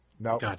No